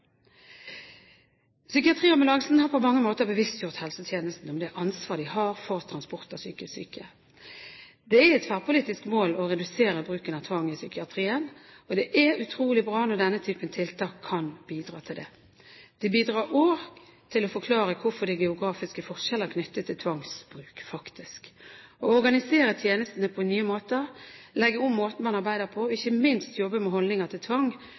har på mange måter bevisstgjort helsetjenesten om det ansvaret de har for transport av psykisk syke. Det er et tverrpolitisk mål å redusere bruken av tvang i psykiatrien, og det er utrolig bra når denne type tiltak kan bidra til det. Det bidrar også til å forklare hvorfor det er geografiske forskjeller knyttet til tvangsbruk. Å organisere tjenestene på nye måter, legge om måten man arbeider på, og ikke minst jobbe med holdninger til tvang